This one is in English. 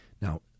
Now